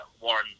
Warren